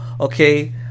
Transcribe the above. okay